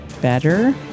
better